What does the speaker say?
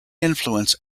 influence